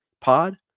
Pod